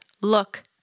look